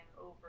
over